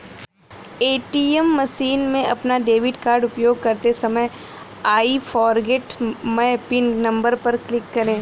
ATM machine में अपना debit card उपयोग करते समय I forget my PIN number पर क्लिक करें